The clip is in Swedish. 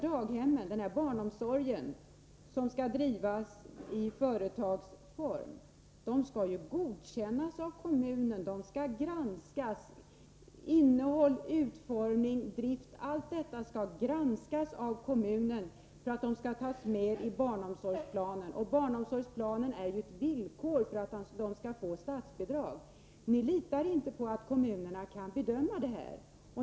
Den barnomsorg som skall drivas i företagsform skall godkännas av kommunerna. Innehåll, utformning och drift — allt detta — skall granskas av kommunen för att daghemmen skall tas med i barnomsorgsplanen, och att de kommer med i barnomsorgsplanen är ett villkor för att de skall få statsbidrag. Ni litar inte på att kommunerna kan bedöma detta.